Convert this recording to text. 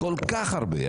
כל כך הרבה.